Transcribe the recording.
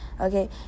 okay